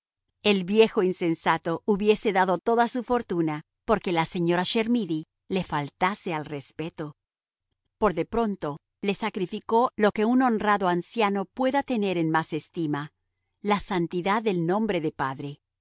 el viejo insensato hubiese dado toda su fortuna por que la señora chermidy le faltase al respeto por de pronto le sacrificó lo que un honrado anciano pueda tener en más estima la santidad del nombre de padre